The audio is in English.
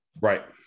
right